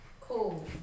Cool